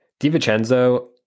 DiVincenzo